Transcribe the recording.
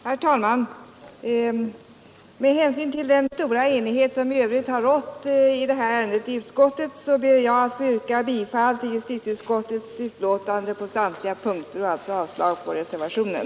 Herr talman! Med hänsyn till den stora enighet som i övrigt rått i detta ärende i utskottet ber jag att få yrka bifall till utskottets hemställan på samtliga punkter och alltså avslag på reservationen.